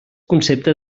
concepte